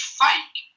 fake